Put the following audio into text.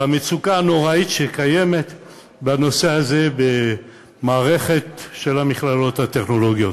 במצוקה הנוראית שקיימת בנושא הזה במערכת של המכללות הטכנולוגיות.